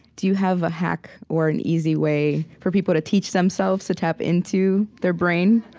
do you have a hack or an easy way for people to teach themselves to tap into their brain?